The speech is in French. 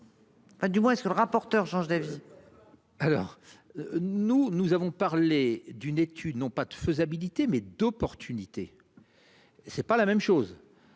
Enfin du moins ce que le rapporteur change d'avis. Alors. Nous, nous avons parlé d'une étude non pas de faisabilité mais d'opportunité. C'est pas la même chose.